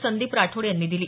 संदीप राठोड यांनी दिली